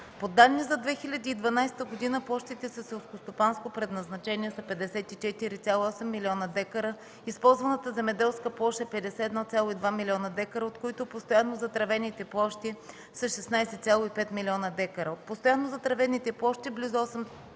По данни за 2012 г. площите със селскостопанско предназначение са 54,8 млн. декара, използваната земеделска площ е 51,2 млн. декара, от които постоянно затревените площи са 16,5 млн. декара. От постоянно затревените площи близо 8,6